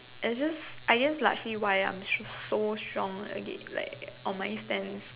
it's just I guess largely why I'm just so strong against like on my stand